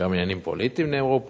גם עניינים פוליטיים נאמרו פה,